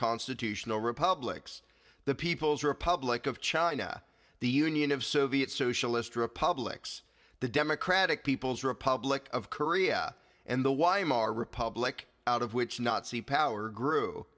constitutional republics the people's republic of china the union of soviet socialist republics the democratic people's republic of korea and the y m our republic out of which nazi power grew